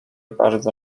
bardzo